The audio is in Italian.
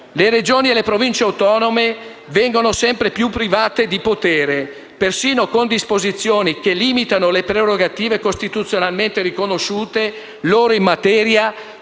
Le Regioni e le Province autonome vengono sempre più private di potere, persino con disposizioni che limitano le prerogative costituzionalmente riconosciute loro in materia,